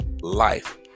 life